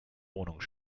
wohnung